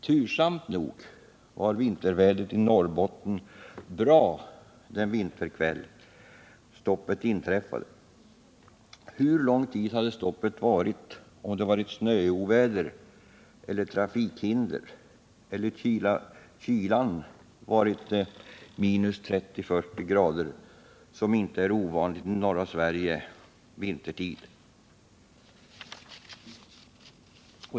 Tursamt nog var vädret bra i Norrbotten den vinterkväll stoppet inträffade. Hur lång tid hade stoppet varat om det varit snöoväder, trafikhinder eller om kylan varit minus 30-40 grader, vilket inte är ovanligt i norra Sverige vintertid?